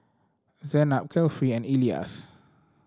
Zaynab Kefli and Elyas